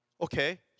Okay